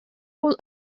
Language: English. all